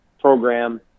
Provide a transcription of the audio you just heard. program